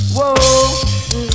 Whoa